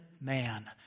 man